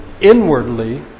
inwardly